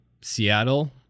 Seattle